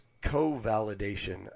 co-validation